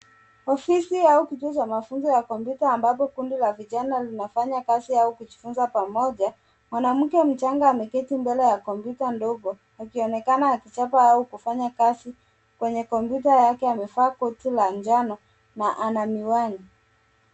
Ofisi au kituo cha mafundisho ya kompyuta ambapo kundi la vijana linafanya kazi au kujifunza pamoja. Mwanamke mchanga ameketi mbele ya kompyuta ndogo, akionekana akichapa au kufanya kazi kwenye kompyuta yake. Amevaa koti la njano na ana miwani.